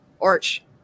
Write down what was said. Arch